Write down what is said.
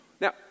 Now